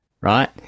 right